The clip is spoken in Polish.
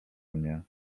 mnie